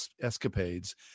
escapades